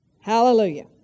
Hallelujah